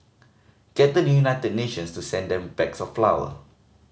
get the United Nations to send them bags of flour